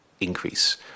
Increase